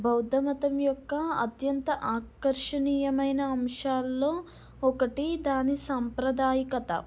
బౌద్ధమతం యొక్క అత్యంత ఆకర్షణీయమైన అంశాల్లో ఒకటి దాని సాంప్రదాయికత